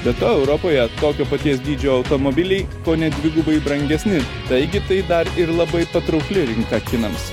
be to europoje tokio paties dydžio automobiliai kone dvigubai brangesni taigi tai dar ir labai patraukli rinka kinams